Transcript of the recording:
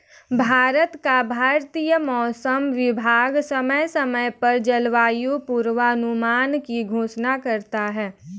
भारत का भारतीय मौसम विभाग समय समय पर जलवायु पूर्वानुमान की घोषणा करता है